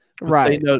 Right